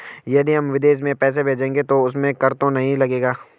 यदि हम विदेश में पैसे भेजेंगे तो उसमें कर तो नहीं लगेगा?